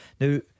now